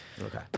Okay